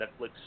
Netflix